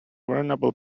vulnerable